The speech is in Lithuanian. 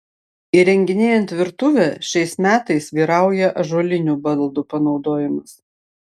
įrenginėjant virtuvę šiais metais vyrauja ąžuolinių baldų panaudojimas